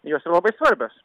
jos yra labai svarbios